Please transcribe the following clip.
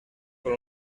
con